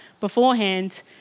beforehand